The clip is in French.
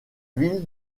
ville